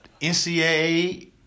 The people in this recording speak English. NCAA